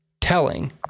telling